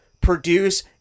produce